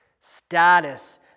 status